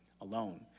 alone